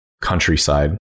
countryside